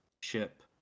ship